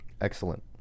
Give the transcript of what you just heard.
Excellent